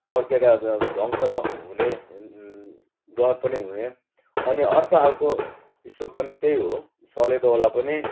पड्केर अब ध्वंस हुने डर पनि हुने अनि अर्को खालको स्टोभ पनि त्यही हो सलेदोवाला पनि